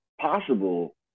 possible